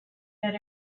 that